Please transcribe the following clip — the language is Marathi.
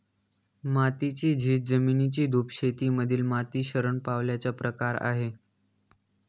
मातीची झीज, जमिनीची धूप शेती मधील माती शरण पावल्याचा प्रकार आहे